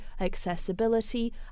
accessibility